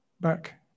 Back